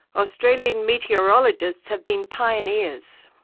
australian meteorologists have been pioneers.